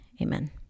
Amen